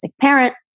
parent